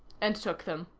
and took them.